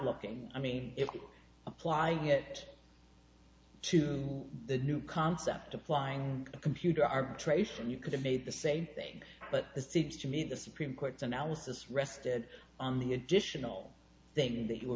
looking i mean if you're applying it to the new concept applying computer arbitration you could have made the same thing but it seems to me the supreme court's analysis rested on the additional things that you